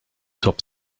top